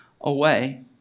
away